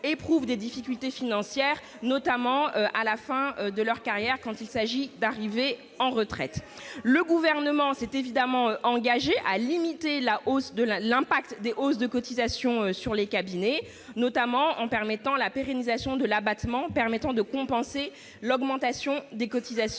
éprouvent des difficultés financières, notamment en fin de carrière. Le Gouvernement s'est également engagé à limiter l'impact des hausses de cotisations sur les cabinets, notamment avec la pérennisation de l'abattement permettant de compenser l'augmentation des cotisations